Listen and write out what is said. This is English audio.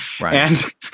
Right